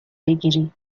بگیری